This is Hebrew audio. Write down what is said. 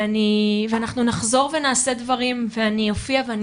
אנחנו נחזור ונעשה דברים ואני אופיע ואני